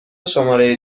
شماره